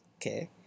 Okay